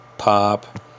pop